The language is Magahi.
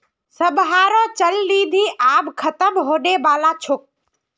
सबहारो चल निधि आब ख़तम होने बला छोक